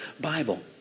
Bible